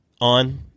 ...on